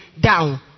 down